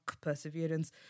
perseverance